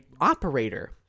operator